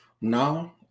No